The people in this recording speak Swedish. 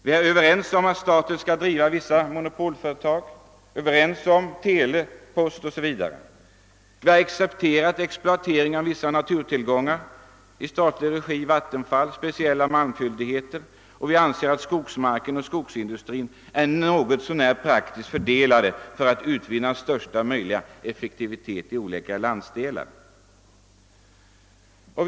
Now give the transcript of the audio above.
Vi är överens om att staten skall driva vissa monopolföretag — televerket, postverket etc. Vi har accepterat exploatering i statlig regi av vissa naturtillgångar såsom vattenfall och malmfyndigheter, och vi anser att skogsmarken och skogsindustrin är något så när praktiskt fördelade för att största möjliga effektivitet skall kunna utvinnas i olika landsdelar.